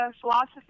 philosophy